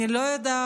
אני לא יודעת,